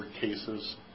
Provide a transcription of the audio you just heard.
cases